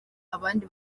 abandi